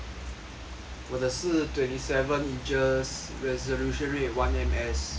我的是 twenty seven inches resolution rate one M_S